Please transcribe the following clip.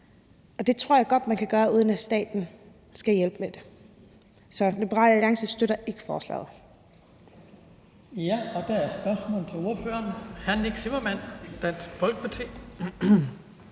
og det tror jeg godt man kan gøre, uden at staten skal hjælpe med det. Så Liberal Alliance støtter ikke forslaget. Kl. 20:22 Den fg. formand (Hans Kristian Skibby): Der er spørgsmål til ordføreren. Hr. Nick Zimmermann, Dansk Folkeparti.